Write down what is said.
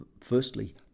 firstly